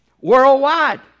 Worldwide